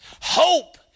Hope